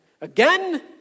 again